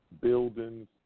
buildings